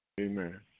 Amen